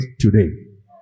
today